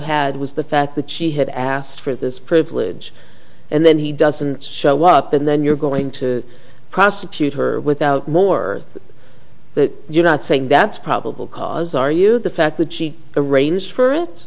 was the fact that she had asked for this privilege and then he doesn't show up and then you're going to prosecute her without more that you're not saying that's probable cause are you the fact that she arrange for it